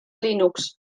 linux